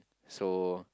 so